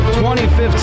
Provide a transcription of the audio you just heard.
2015